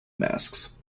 masks